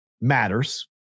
matters